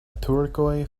turkoj